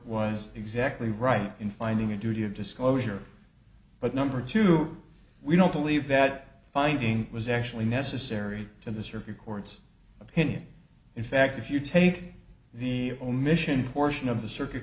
was exactly right in finding a duty of disclosure but number two we don't believe that finding was actually necessary to the supreme court's opinion in fact if you take the omission portion of the circuit